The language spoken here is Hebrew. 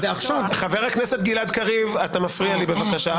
--- חבר הכנסת גלעד קריב, אתה מפריע לי, בבקשה.